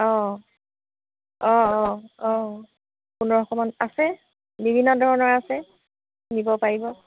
অঁ অঁ অঁ অঁ পোন্ধৰশমান আছে বিভিন্ন ধৰণৰ আছে নিব পাৰিব